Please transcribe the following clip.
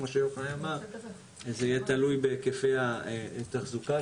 כי זה יהיה תלוי בהיקפי התחזוקה.